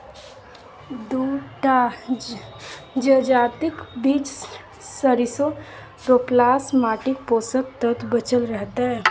दू टा जजातिक बीच सरिसों रोपलासँ माटिक पोषक तत्व बचल रहतै